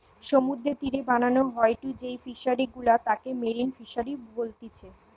সমুদ্রের তীরে বানানো হয়ঢু যেই ফিশারি গুলা তাকে মেরিন ফিসারী বলতিচ্ছে